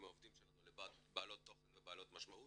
עם העובדים שלנו לבעלות תוכן ומשמעות